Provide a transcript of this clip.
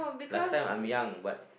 last time I'm young but